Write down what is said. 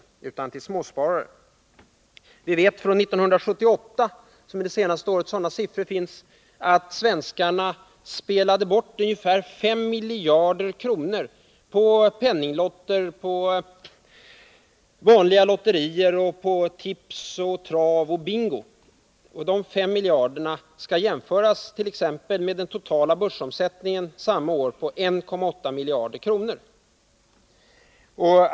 Vi vet att svenskarna 1978 spelade bort ungefär 5 miljarder kronor på penninglotter, vanliga lotterier, tips, trav och bingo. Dessa 5 miljarder skall jämföras med t.ex. den totala börsomsättningen samma år på 1,8 miljarder.